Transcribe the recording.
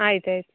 ಆಯ್ತು ಆಯ್ತು